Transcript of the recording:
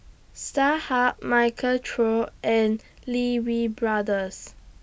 Starhub Michael Trio and Lee Wee Brothers